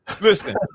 Listen